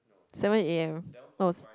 seven A_M oh